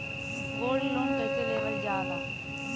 Gold loan कईसे लेवल जा ला?